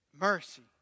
mercy